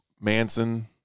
Manson